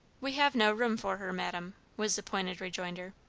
we have no room for her, madam, was the pointed rejoinder.